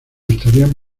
estarían